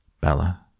Bella